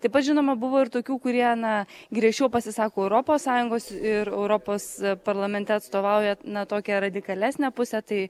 taip pat žinoma buvo ir tokių kurie na griežčiau pasisako europos sąjungos ir europos parlamente atstovauja na tokią radikalesnę pusę tai